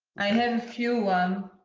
i have a few.